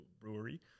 brewery